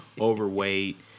overweight